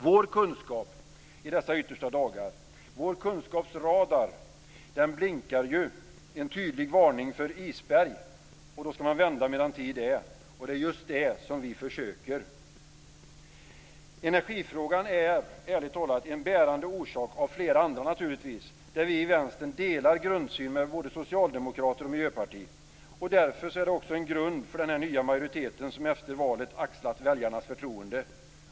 Vår kunskaps radar i dessa yttersta dagar blinkar en tydlig varning för isberg, och då skall man vända medan tid är! Och det är just det som vi försöker. Energifrågan är ärligt talat en bärande orsak av flera andra där vi i Vänstern delar grundsyn med både socialdemokrater och Miljöpartiet. Det är också en grund för den nya majoritet som efter valet axlat väljarnas förtroende.